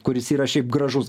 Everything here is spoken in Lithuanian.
kuris yra šiaip gražus